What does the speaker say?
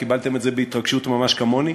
קיבלתם את זה בהתרגשות ממש כמוני.